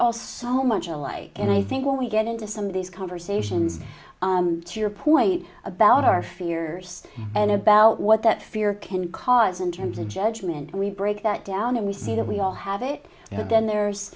all so much alike and i think when we get into some of these conversations to your point about our fears and about what that fear can cause in terms of judgment we break that down and we see that we all have it and then there's